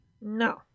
No